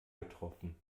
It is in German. getroffen